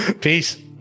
Peace